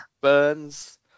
Burns